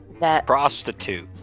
Prostitute